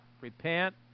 repent